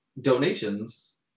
donations